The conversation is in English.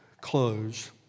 close